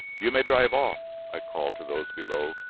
you may drive off, i called to those below,